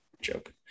joke